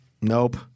Nope